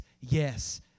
yes